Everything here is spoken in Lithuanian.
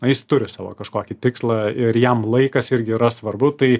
jis turi savo kažkokį tikslą ir jam laikas irgi yra svarbu tai